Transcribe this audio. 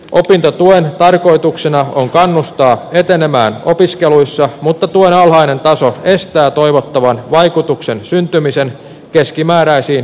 opintotuen tarkoituksena on kannustaa etenemään opiskeluissa mutta tuen alhainen taso estää toivottavan vaikutuksen syntymisen keskimääräisiin opiskeluaikoihin